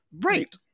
Right